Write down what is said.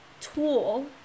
tool